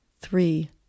three